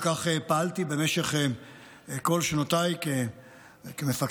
וכך פעלתי במשך כל שנותיי כמפקד,